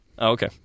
Okay